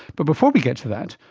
but before we get to that,